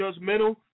judgmental